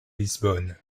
lisbonne